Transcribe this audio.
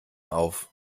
auf